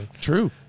True